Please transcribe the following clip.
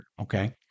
okay